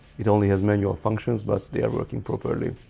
it only has manual functions but they are working properly,